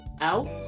out